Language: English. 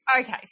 Okay